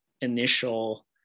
initial